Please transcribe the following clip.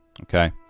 Okay